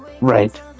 Right